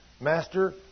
Master